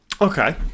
Okay